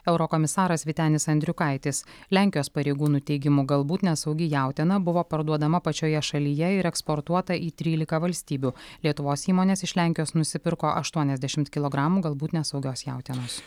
eurokomisaras vytenis andriukaitis lenkijos pareigūnų teigimu galbūt nesaugi jautiena buvo parduodama pačioje šalyje ir eksportuota į trylika valstybių lietuvos įmonės iš lenkijos nusipirko aštuoniasdešimt kilogramų galbūt nesaugios jautienos